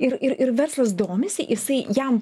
ir ir ir verslas domisi jisai jam